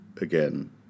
again